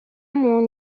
مون